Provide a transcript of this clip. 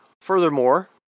Furthermore